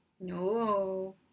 No